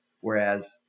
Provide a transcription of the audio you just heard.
Whereas